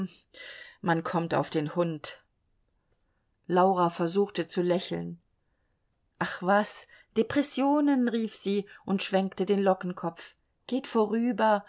man kommt auf den hund laura versuchte zu lächeln ach was depressionen rief sie und schwenkte den lockenkopf geht vorüber